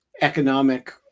economic